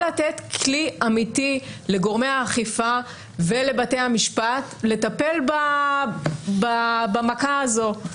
לתת כלי אמיתי לגורמי האכיפה ולבתי המשפט לטפל במכה הזאת.